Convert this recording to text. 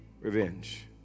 revenge